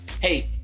Hey